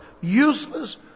useless